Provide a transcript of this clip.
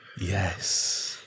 yes